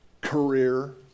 career